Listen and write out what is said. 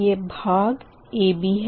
यह भाग AB है